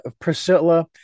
Priscilla